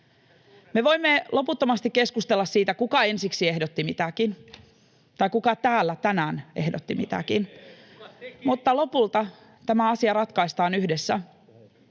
Me voimme loputtomasti keskustella siitä, kuka ensiksi ehdotti mitäkin tai kuka täällä tänään ehdotti mitäkin, [Vilhelm Junnila: Kuka tekee